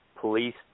police